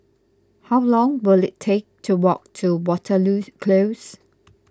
how long will it take to walk to Waterloo Close